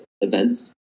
events